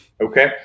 Okay